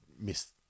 miss